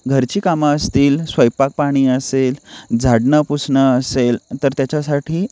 घरची कामं असतील स्वयंपाक पाणी असेल झाडणं पुसणं असेल तर त्याच्यासाठी